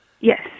Yes